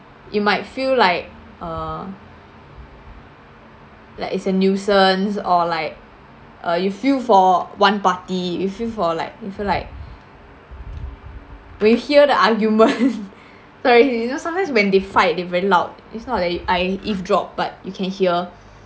you might feel like uh like it's a nuisance or like uh you feel for one party you feel for like you feel like when you hear the argument sorry you know sometimes when they fight they very loud it's not like I I eavesdrop but you can hear